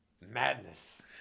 Madness